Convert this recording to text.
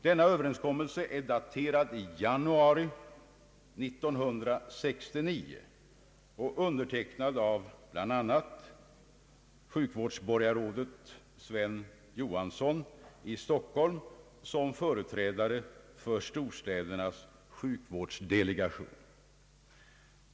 Denna överenskommelse är daterad i januari 1969 och undertecknad av bl.a. sjukvårdsborgarrådet Sven Johansson i Stockholm såsom företrädare för Storstädernas sjukvårdsdelegation.